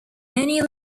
many